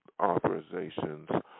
authorizations